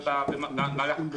מעט גדול יותר במהלך הבחירות.